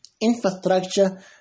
Infrastructure